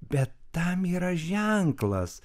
bet tam yra ženklas